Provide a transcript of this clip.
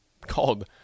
called